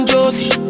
Josie